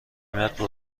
متر